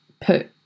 put